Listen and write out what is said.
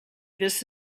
this